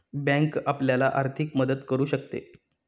bank आपल्याला आर्थिक मदत करू शकते